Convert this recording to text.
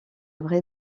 vraie